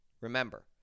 remember